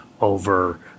over